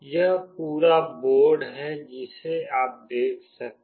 यह पूरा बोर्ड है जिसे आप देख सकते हैं